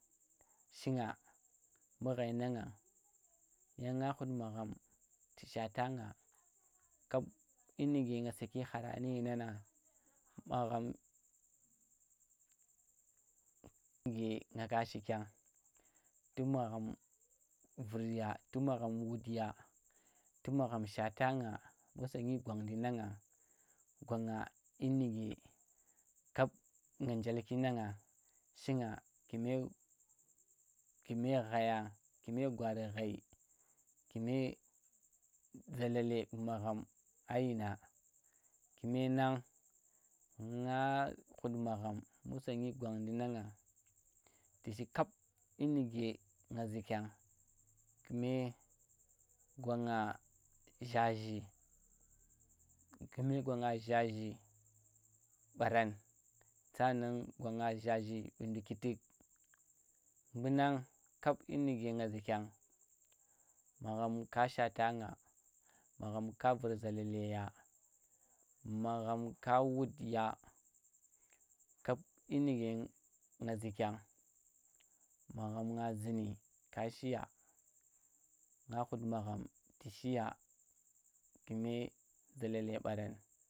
Shinga mbu ghai na ngang, yang nga khut magham ku shata nga kap dyi nuge saki khara nu dyi nan nang, magham nga ka shi kyang, tu magham vur yu, tu magham wudya, tu magha shata nga mbu sonnyi gwang ndu na ngang, gwan nga dyi nuge kap nang njee ki na ngang, shinga kume kume ghayang, kume gwari ghai kume zalale ɓu magham, a dyi na. Kume nang nga khud magham mbu sonnyi gwan ndu na ngangi ku shi kap dyi nuge nga zukyang. Kume gwan nga ZhaZhi, kume gwa nga zhazhi ɓaran, sa an nan gwa nga ZhaZhi ɓu nduki tuk. Mbu nang kap dyi nuke nga zukyang magham ka shata nga, magham ka vir zalale ya, magham ka wud ya, kap dyi nuke nga zu̱kyeng magham nga zuni ka shiya nga khut magham tu shiya kume zalale ɓaran.